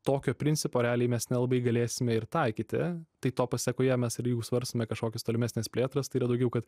tokio principo realiai mes nelabai galėsime ir taikyti tai to pasakoje mes ir jau svarstome kažkokias tolimesnės plėtras tai yra daugiau kad